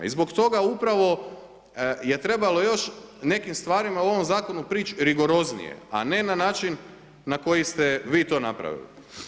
I zbog toga, upravo je trebalo još o nekim stvarima u ovom zakonu prići rigoroznije, a ne na način na koji ste vi to napravili.